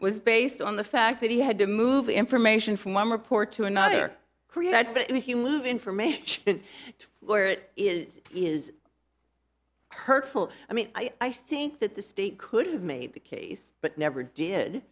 was based on the fact that he had to move the information from one report to another created if you lose information to where it is is hurtful i mean i think that the state could have made the case but never did